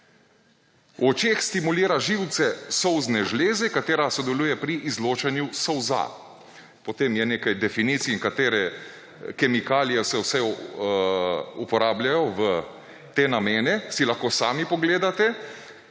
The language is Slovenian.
očeh stimulira živce solzne žleze, katera sodeluje pri izločanju solza.« Potem je nekaj definicij in katere kemikalije so vse uporabljajo v te namene, si lahko sami pogledate,